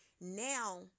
now